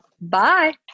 Bye